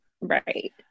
right